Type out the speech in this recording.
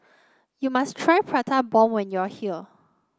you must try Prata Bomb when you are here